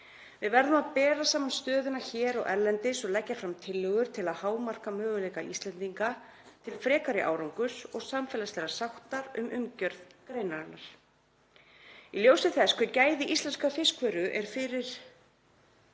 Við verðum að bera saman stöðuna hér og erlendis og leggja fram tillögur til að hámarka möguleika Íslendinga til frekari árangurs og samfélagslegrar sáttar um umgjörð greinarinnar í ljósi þess hver gæði íslenskrar fiskvöru eru fyrir